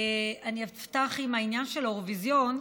אני אפתח עם העניין של האירוויזיון: